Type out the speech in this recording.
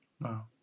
Wow